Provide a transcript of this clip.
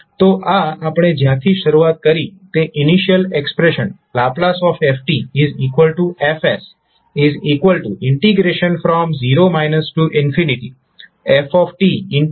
તો આ આપણે જ્યાંથી શરૂઆત કરી તે initial expression ℒ fF0 fe stdt છે